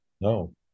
No